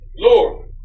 Lord